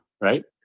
Right